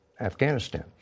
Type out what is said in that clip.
Afghanistan